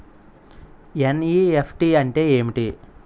NEFT అంటే ఎంటి?